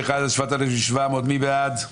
5,581 עד 5,600, מי בעד?